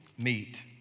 meet